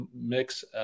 mix